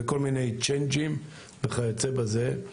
זה כל מיני צ'יינג'ים וכיוצא בזה.